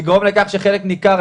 לגרום לכך שחלק ניכר,